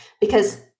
because-